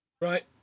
Right